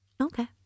Okay